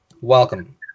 Welcome